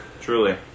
Truly